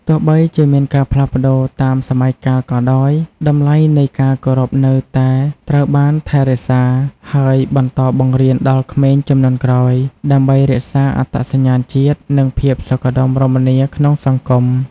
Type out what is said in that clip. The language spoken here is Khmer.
ទោះបីជាមានការផ្លាស់ប្ដូរតាមសម័យកាលក៏ដោយ តម្លៃនៃការគោរពនៅតែត្រូវបានថែរក្សា ហើយបន្តបង្រៀនដល់ក្មេងជំនាន់ក្រោយ ដើម្បីរក្សាអត្តសញ្ញាណជាតិ និងភាពសុខដុមរមនាក្នុងសង្គម។